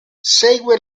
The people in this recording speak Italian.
segue